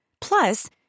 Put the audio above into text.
Plus